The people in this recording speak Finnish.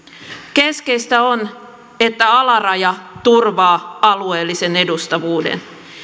keskeistä on että alaraja turvaa alueellisen edustavuuden